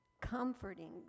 comforting